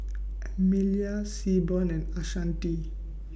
Amelia Seaborn and Ashanti